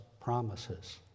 promises